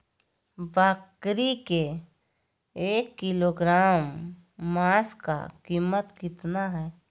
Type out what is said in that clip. बकरी के एक किलोग्राम मांस का कीमत कितना है?